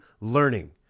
learning